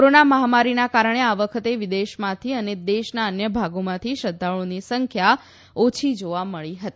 corona મહામારીને કારણે આ વખતે વિદેશમાંથી અને દેશના અન્ય ભાગોમાંથી શ્રધ્ધાળુઓની સંખ્યા ઓછી જોવા મળી હતી